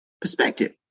perspective